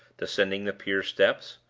descending the pier steps.